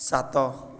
ସାତ